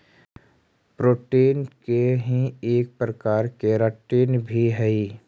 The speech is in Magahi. प्रोटीन के ही एक प्रकार केराटिन भी हई